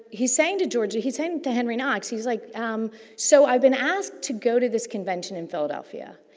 he's saying to george, he's saying to henry knox, he's like um so i've been asked to go to this convention in philadelphia.